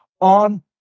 on